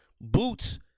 Boots